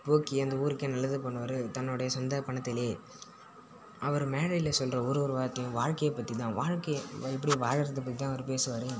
போக்கி அந்த ஊருக்கு நல்லது பண்ணுவார் தன்னோட சொந்தப் பணத்தில் அவர் மேடையில் சொல்கிற ஒரு ஒரு வார்த்தையும் வாழ்க்கையை பற்றி தான் வாழ்க்கை எப்படி வாழ்றது பற்றி தான் அவர் பேசுவார்